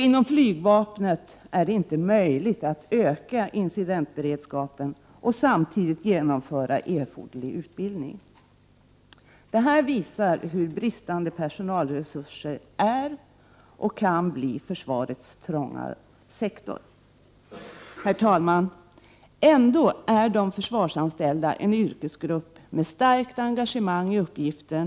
Inom flygvapnet är det inte möjligt att öka incidentberedskapen och samtidigt genomföra erforderlig utbildning. Det här visar hur stor bristen på personalresurser är. Detta kan Pil bli försvarets trånga sektor. Herr talman! De försvarsanställda är ändå en yrkesgrupp med starkt engagemang i uppgiften.